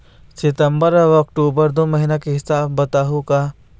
सितंबर अऊ अक्टूबर दू महीना के हिसाब बताहुं का?